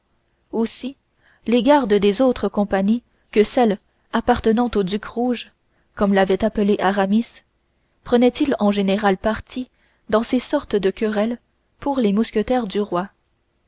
aussi les gardes des autres compagnies que celles appartenant au duc rouge comme l'avait appelé aramis prenaient-ils en général parti dans ces sortes de querelles pour les mousquetaires du roi